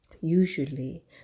Usually